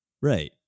Right